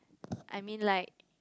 I mean like